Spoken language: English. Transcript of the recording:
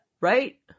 Right